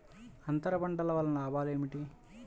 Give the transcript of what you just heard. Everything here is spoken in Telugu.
అంతర పంటల వలన లాభాలు ఏమిటి?